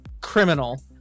criminal